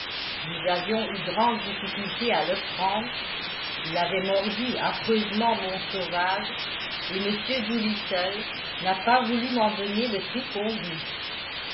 nous avions eu grande difficulté à le prendre il avait mordu affreusement mon sauvage et m doolittle n'a pas voulu m'en donner le prix convenu